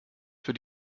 für